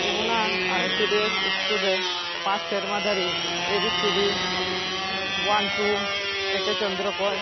ᱚᱱᱟ ICDS school ᱨᱮ ᱯᱟᱸᱪ ᱥᱮᱨᱢᱟ ᱫᱷᱹᱨᱤᱡᱮ B C D one two ᱮᱠᱮ ᱪᱚᱱᱫᱨᱚ ᱠᱚᱭ